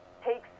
takes